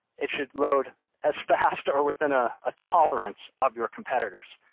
it should load as fast or within a ah tolerance of your competitors.